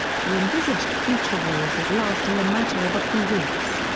he envisaged future wars as lasting a matter of a few weeks.